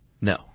No